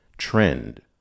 trend